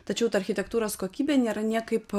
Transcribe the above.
tačiau ta architektūros kokybė nėra niekaip